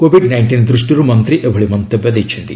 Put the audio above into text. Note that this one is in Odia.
କୋବିଡ୍ ନାଇଷ୍ଟିନ୍ ଦୃଷ୍ଟିରୁ ମନ୍ତ୍ରୀ ଏଭଳି ମନ୍ତବ୍ୟ ଦେଇଛନ୍ତି